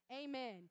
Amen